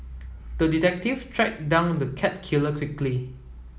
the detective tracked down the cat killer quickly